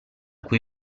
cui